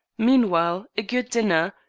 meanwhile a good dinner,